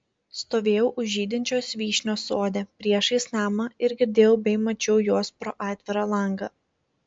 stovėjau už žydinčios vyšnios sode priešais namą ir girdėjau bei mačiau juos pro atvirą langą